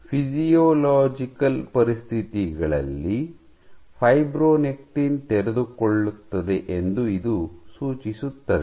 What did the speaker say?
physiological ಪರಿಸ್ಥಿತಿಗಳಲ್ಲಿ fibronectin ತೆರೆದುಕೊಳ್ಳುತ್ತದೆ ಎಂದು ಇದು ಸೂಚಿಸುತ್ತದೆ